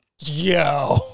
Yo